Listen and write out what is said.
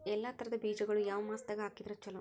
ಎಲ್ಲಾ ತರದ ಬೇಜಗೊಳು ಯಾವ ಮಾಸದಾಗ್ ಹಾಕಿದ್ರ ಛಲೋ?